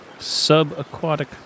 Sub-aquatic